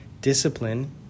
discipline